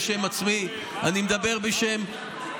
אני לא מדבר בשם עצמי,